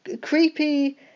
creepy